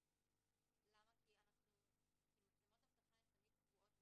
כי מצלמות אבטחה הן תמיד קבועות,